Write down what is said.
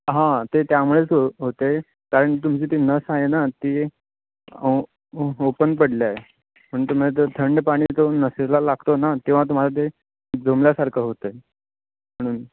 हां ते त्यामुळेच हो होते आहे कारण तुमची ती नस आहे ना ती ओपन पडली आहे म्हणून तुम्हाला तो थंड पाणी तो नसेला लागतो ना तेव्हा तुम्हाला ते दमल्यासारखं होत आहे म्हणून